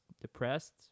depressed